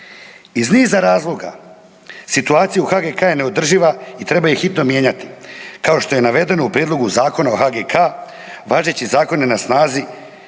Iz niza razloga situacija u HGK-a je neodrživa i treba ju hitno mijenjati kao što je navedeno u Prijedlogu zakona o HGK-a važeći zakon je na snazi